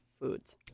foods